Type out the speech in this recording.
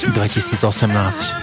2018